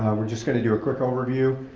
um we're just gonna do a quick overview.